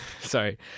Sorry